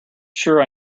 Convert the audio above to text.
sure